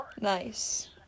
Nice